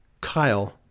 Kyle